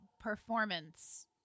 performance